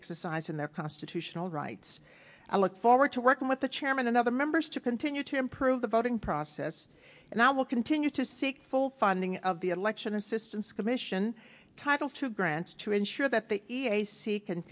exercising their constitutional rights i look forward to working with the chairman and other members to continue to improve the voting process and i will continue to seek full funding of the election assistance commission titles have grants to ensure that the ac can